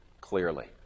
clearly